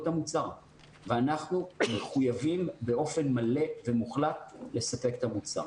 את המוצר ואנחנו מחויבים באופן מלא ומוחלט לספק את המוצר.